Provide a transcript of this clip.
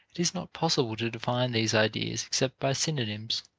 it is not possible to define these ideas except by synonyms,